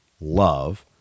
love